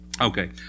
Okay